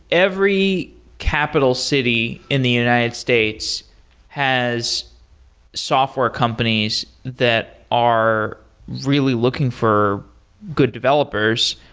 every capital city in the united states has software companies that are really looking for good developers.